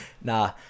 Nah